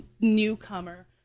newcomer